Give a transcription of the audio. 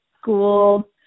school